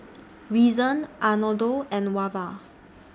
Reason Arnoldo and Wava